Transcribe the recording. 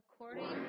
According